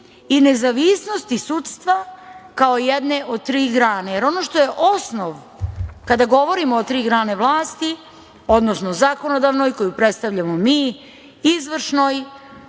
i nezavisnosti sudstva kao jedne od tri grane, jer ono što je osnov kada govorimo o tri grane vlasti, odnosno zakonodavnoj, koju predstavljamo mi, izvršnoj